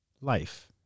life